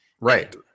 right